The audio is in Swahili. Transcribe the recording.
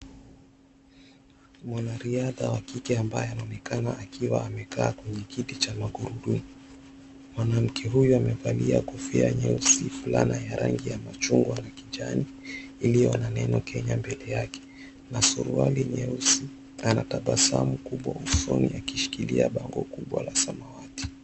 Mwanariadha wa kike ambaye anaonekana amekaa kwenye kiti cha magurudumu. Mwanamke huyu amevalia kofia nyeusi, fulana ya rangi ya machungwa na kijani, iliyo na neno KENYA mbele yake na suruali nyeusi anatabasamu usoni, akishikilia bango kubwa la samawati.